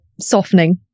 softening